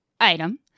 item